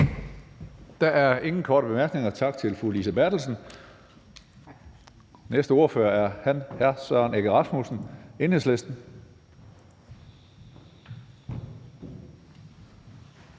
Der er ingen korte bemærkninger. Tak til fru Lise Bertelsen. Næste ordfører er hr. Søren Egge Rasmussen, Enhedslisten.